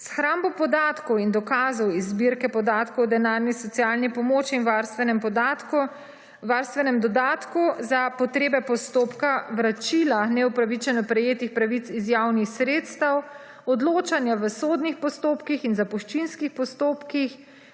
hrambo podatkov in dokazov iz zbirke podatkov o denarni socialni pomoči in varstvenem podatku, varstvenem dodatku za potrebe postopka vračila neopravičeno prejetih pravic iz javnih sredstev, odločanja v sodnih postopkih in zapuščinskih postopkih